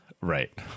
right